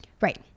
Right